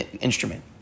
instrument